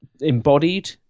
embodied